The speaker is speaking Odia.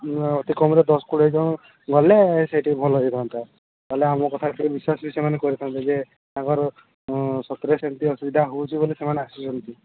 ଅତିକମ୍ରେ ଦଶ କୋଡ଼ିଏ ଜଣ ଗଲେ ସେଇଠି ଭଲ ହୋଇଥାନ୍ତା ତା'ହେଲେ ଆମ କଥାରେ ସେମାନେ ବିଶ୍ୱାସ ବି କରିଥାନ୍ତେ ଯେ ତାଙ୍କର ସତରେ ସେମତି ଅସୁବିଧା ହେଉଛି ବୋଲି ସେମାନେ ଆସିଛନ୍ତି